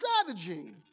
strategy